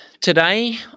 today